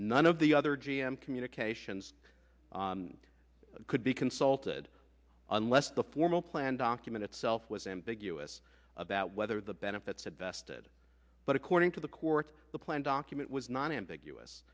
none of the other g m communications could be consulted unless the formal plan document itself was ambiguous about whether the benefits had vested but according to the courts the plan document was non ambiguous